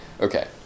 Okay